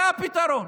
זה הפתרון.